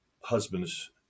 husbands